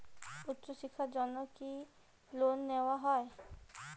উচ্চশিক্ষার জন্য কি লোন দেওয়া হয়?